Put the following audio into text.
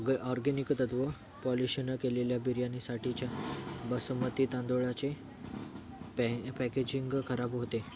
org organic तत्व pollution केलेल्या बिर्याणीसाठीच्या बासमती तांदळाचे पॅ पॅकेजिंग खराब होते